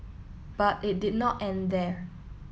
but it did not end there